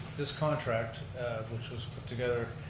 this contract which was put together